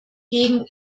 gegen